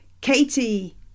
Katie